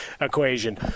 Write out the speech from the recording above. equation